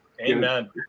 Amen